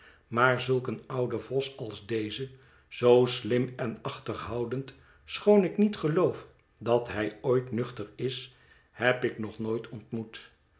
maar zulk een ouden vos als deze zoo slim en achterhoudend schoon ik niet geloof dat hij ooit nuchter is heb ik nog nooit ontmoet